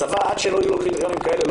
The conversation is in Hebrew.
עד שלצבא לא יהיו קריטריונים כאלה הוא